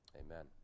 amen